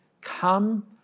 come